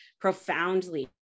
profoundly